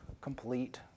complete